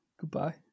Goodbye